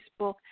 Facebook